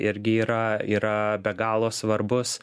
irgi yra yra be galo svarbus